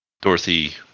Dorothy